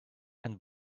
and